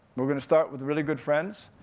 we're gonna start with really good friends.